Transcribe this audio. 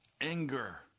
anger